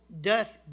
Doth